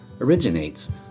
originates